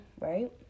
right